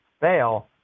fail